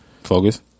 Focus